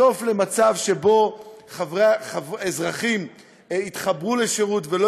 סוף למצב שבו אזרחים יתחברו לשירות ולא